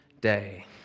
day